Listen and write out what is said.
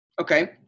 okay